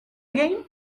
game